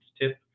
tip